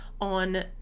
on